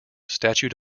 statute